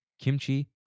kimchi